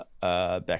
back